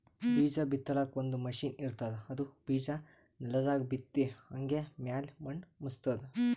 ಬೀಜಾ ಬಿತ್ತಲಾಕ್ ಒಂದ್ ಮಷಿನ್ ಇರ್ತದ್ ಅದು ಬಿಜಾ ನೆಲದಾಗ್ ಬಿತ್ತಿ ಹಂಗೆ ಮ್ಯಾಲ್ ಮಣ್ಣ್ ಮುಚ್ತದ್